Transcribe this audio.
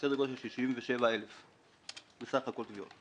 בסדר גודל של 67 אלף בסך הכל, תביעות.